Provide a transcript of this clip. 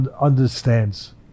understands